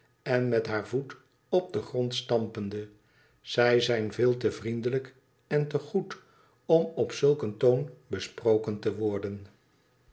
en met haar voet op den grond stampende zij zijn veel te vriendelijk en te goed om op zulk een toon besproken te worden